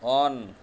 on